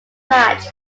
match